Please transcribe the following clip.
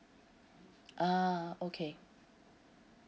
ah okay